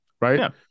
right